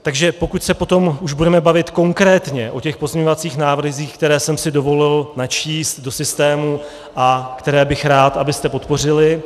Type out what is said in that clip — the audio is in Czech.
Takže pokud se potom už budeme bavit konkrétně o pozměňovacích návrzích, které jsem si dovolil načíst do systému a které bych rád, abyste podpořili